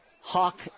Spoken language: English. hawk